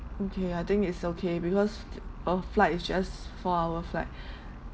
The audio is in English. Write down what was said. okay I think it's okay because our flight is just four hour flight